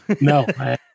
No